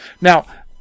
Now